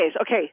Okay